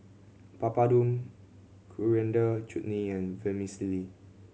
Papadum Coriander Chutney and Vermicelli